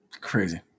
crazy